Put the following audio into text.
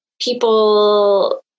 people